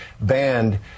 banned